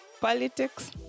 politics